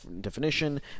definition